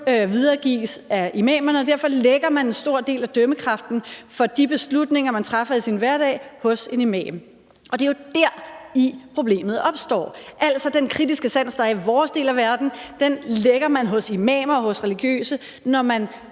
videregives af imamerne, og derfor lægger man en stor del af dømmekraften i forhold til de beslutninger, man træffer i sin hverdag, hos en imam. Det er jo der, problemet opstår, for den kritiske sans, der er i vores del af verden, lægger man hos imamer og de religiøse, når man